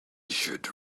should